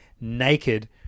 naked